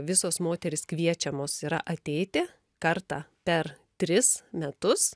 visos moterys kviečiamos yra ateiti kartą per tris metus